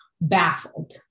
Baffled